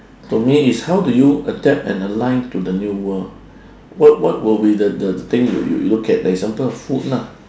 to me is how do you adapt and align to the new world what what will be the the the thing you you look at example food lah